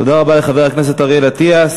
תודה רבה לחבר הכנסת אריאל אטיאס.